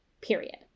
period